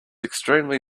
extremely